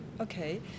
Okay